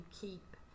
keep